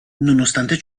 nonostante